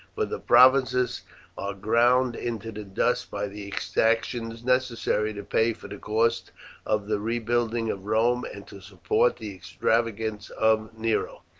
for the provinces are ground into the dust by the exactions necessary to pay for the cost of the rebuilding of rome and to support the extravagance of nero.